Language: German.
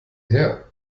her